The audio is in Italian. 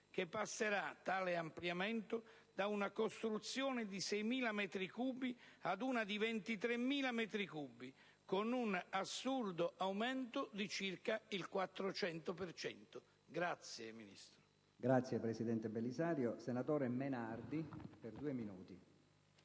che passerà da una costruzione di 6.000 metri cubi ad una di 23.000 metri cubi, con un assurdo aumento di circa il 400 per cento.